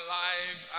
life